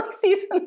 season